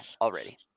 already